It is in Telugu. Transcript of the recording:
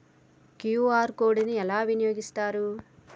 క్యూ.ఆర్ కోడ్ ని ఎలా వినియోగిస్తారు?